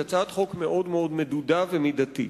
היא הצעת חוק מאוד-מאוד מדודה ומידתית.